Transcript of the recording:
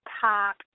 pop